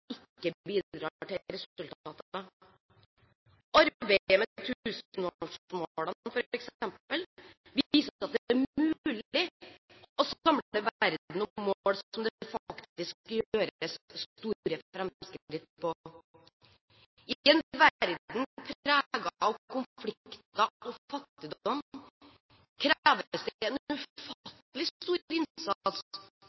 ikke slik at FN ikke bidrar til resultater. Arbeidet med tusenårsmålene, f.eks., viser at det er mulig å samle verden om mål hvor det faktisk skjer store framskritt. I en verden preget av konflikter og fattigdom kreves det en